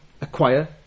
acquire